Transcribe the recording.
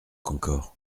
encore